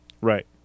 right